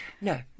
No